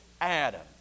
Adam